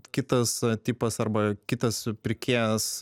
kitas tipas arba kitas pirkėjas